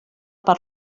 per